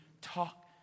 talk